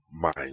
mind